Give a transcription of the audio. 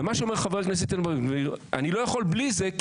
ומה שאומר חבר הכנסת בן גביר "אני לא יכול בלי זה",